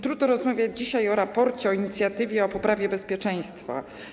Trudno rozmawiać dzisiaj o raporcie, o inicjatywie, o poprawie bezpieczeństwa.